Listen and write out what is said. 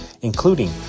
including